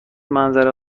منظره